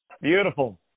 Beautiful